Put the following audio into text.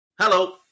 Hello